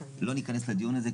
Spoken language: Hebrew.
לא ניכנס לדיון הזה,